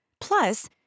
Plus